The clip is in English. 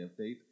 update